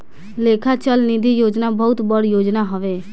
लेखा चल निधी योजना बहुत बड़ योजना हवे